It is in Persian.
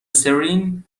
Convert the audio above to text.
سرین